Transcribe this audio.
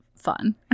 fun